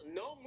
no